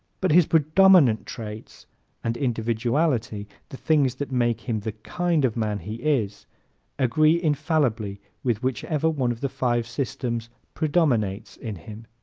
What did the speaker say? but his predominant traits and individuality the things that make him the kind of man he is agree infallibly with whichever one of the five systems predominates in him.